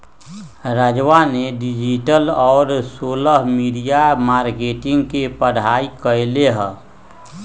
राजवा ने डिजिटल और सोशल मीडिया मार्केटिंग के पढ़ाई कईले है